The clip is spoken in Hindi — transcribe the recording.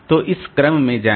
तो इस क्रम में जाएं